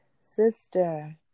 Sister